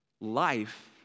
Life